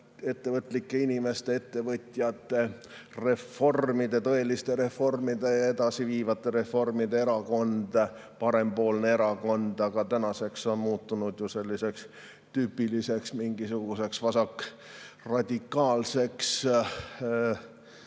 ettevõtlike inimeste, ettevõtjate, reformide, tõeliste reformide ja edasiviivate reformide erakond, parempoolne erakond, aga tänaseks on muutunud selliseks tüüpiliseks mingisuguseks vasakradikaalseks